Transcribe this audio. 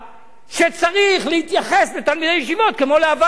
שצריך להתייחס לתלמידי ישיבות כמו לעבריינים.